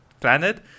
planet